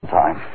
time